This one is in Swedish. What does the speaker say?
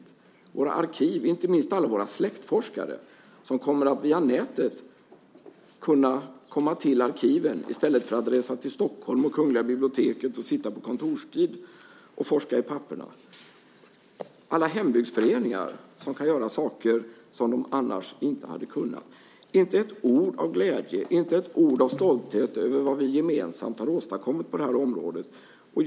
Det gäller våra arkiv, inte minst för våra släktforskare, som via nätet kommer att kunna komma till arkiven i stället för att resa till Kungl. biblioteket i Stockholm och sitta på kontorstid och forska i papperen. Det gäller alla hembygdsföreningar, som kan göra saker som de annars inte hade kunnat. Det finns inte ett ord av glädje, inte ett ord av stolthet över vad vi gemensamt har åstadkommit på det här området.